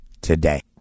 today